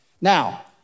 Now